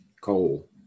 Coal